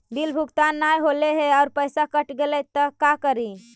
Bill भुगतान न हौले हे और पैसा कट गेलै त का करि?